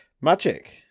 Magic